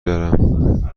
دارم